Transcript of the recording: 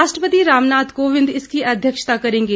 राष्ट्रपति रामनाथ कोविंद इसकी अध्यक्षता करेंगे